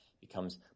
becomes